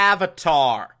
Avatar